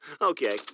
Okay